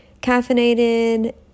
caffeinated